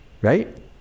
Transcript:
right